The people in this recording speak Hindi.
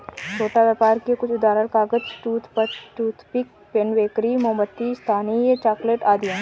छोटा व्यापर के कुछ उदाहरण कागज, टूथपिक, पेन, बेकरी, मोमबत्ती, स्थानीय चॉकलेट आदि हैं